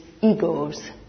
egos